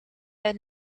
had